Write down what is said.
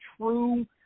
true